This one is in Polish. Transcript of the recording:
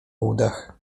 udach